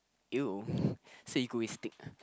you so egoistic